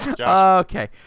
Okay